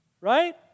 right